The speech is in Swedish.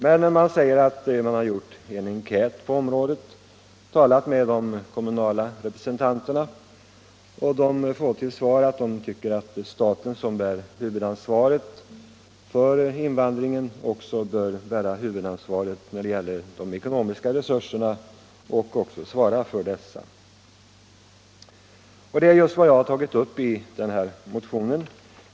Men man har gjort en enkät på området och talat med de kommunala representanterna och fått till svar att de anser att eftersom staten bär huvudansvaret för invandringen bör också staten ha huvudansvaret för de ekonomiska resurserna och svara för dessa. Detta problem har jag tagit upp i motionen.